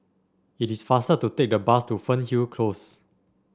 it is faster to take the bus to Fernhill Close